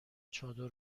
چادر